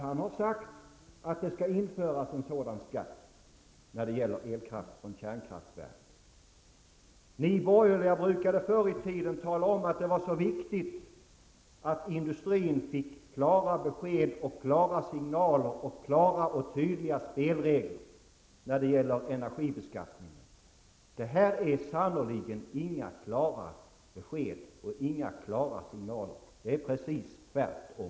Han har sagt att det skall införas en skatt på elkraft från kärnkraftverk. Ni borgerliga brukade förr i tiden tala om att det var så viktigt att industrin fick klara besked och klara signaler och klara och tydliga spelregler i fråga om energibeskattningen. Det här är sannerligen inga klara besked och inga klara signaler. Det är precis tvärtom.